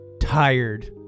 tired